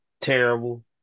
terrible